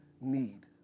need